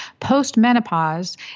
Postmenopause